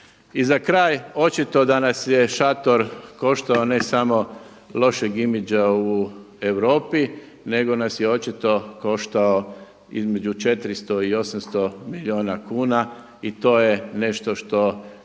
I za kraj, očito da nas je šator koštao ne samo lošeg imidža u Europi nego nas je očito koštao između 400 i 800 milijuna kuna i to je nešto što